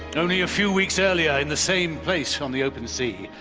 only a few weeks earlier in the same place on the open sea,